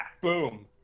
Boom